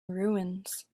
ruins